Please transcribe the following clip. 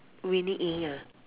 winning 赢 ah